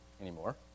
anymore